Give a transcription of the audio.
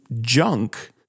junk